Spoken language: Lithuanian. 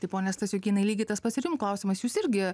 taip pone stasiukynai lygiai tas pats ir jum klausimas jūs irgi